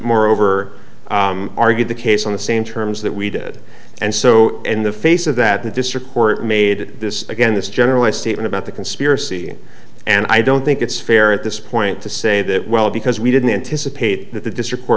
moreover argued the case on the same terms that we did and so in the face of that the district court made this again this generalized statement about the conspiracy and i don't think it's fair at this point to say that well because we didn't anticipate that the district